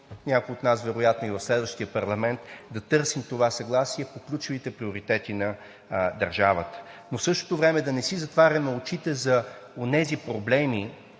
някои от нас вероятно и в следващия парламент, да търсим това съгласие по ключовите приоритети на държавата. В същото време да не си затваряме очите за онези проблеми,